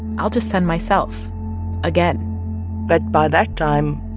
i'll just send myself again but by that time,